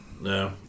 No